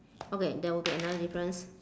okay there will be another difference